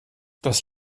das